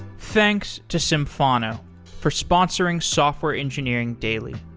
thanks to symphono for sponsoring software engineering daily.